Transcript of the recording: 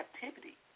captivity